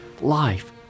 Life